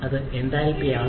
അത് എന്തൽപി ആണ്